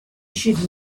should